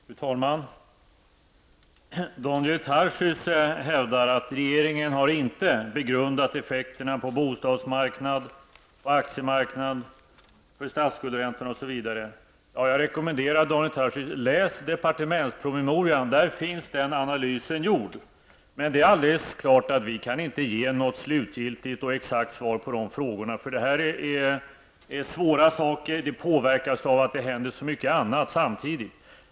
Fru talman! Daniel Tarschys hävdar att regeringen inte har begrundat effekterna på bostadsmarknad och aktiemarknad, för statsskuldräntorna osv. Jag rekommenderar Daniel Tarschys: Läs departementspromemorian! Där är den analysen gjord. Men det är klart att vi inte kan ge något exakt och slutgiltigt svar på dessa frågor. Det gäller svåra saker, som påverkas av att det händer så mycket annat samtidigt.